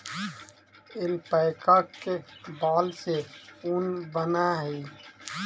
alpaca के बाल से ऊन बनऽ हई